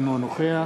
אינו נוכח